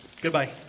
Goodbye